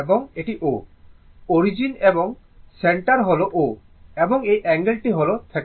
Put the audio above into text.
এবং এটি M এবং এটি O অরিজিন এবং সেন্টার হল O এবং এই অ্যাঙ্গেল টি হল θ